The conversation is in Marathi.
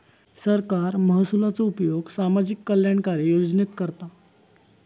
सरकार महसुलाचो उपयोग सामाजिक कल्याणकारी योजनेत करता